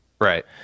Right